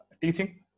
teaching